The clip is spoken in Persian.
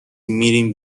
میریم